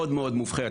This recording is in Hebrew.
מאוד מאוד מובחרת,